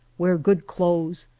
wear good clothes,